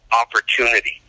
opportunity